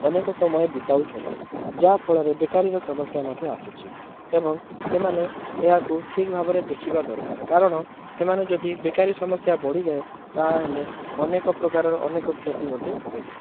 ଅନେକ ସମୟ ବିତାଉଛନ୍ତି ଯାହାଫଳରେ ବେକାରୀର ସମସ୍ୟା ମଧ୍ୟ ଆସୁଛି ଏବଂ ସେମାନେ ଏହାକୁ ଠିକ୍ ଭାବରେ ଦେଖିବା ଦରକାର କାରଣ ସେମାନେ ଯଦି ବେକାରୀ ସମସ୍ୟା ବଢ଼ିଯାଏ ତାହା ହେଲେ ଅନେକ ପ୍ରକାରର ଅନେକ କ୍ଷତି ମଧ୍ୟ ହୋଇଥାଏ